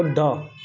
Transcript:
শুদ্ধ